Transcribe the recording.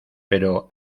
pero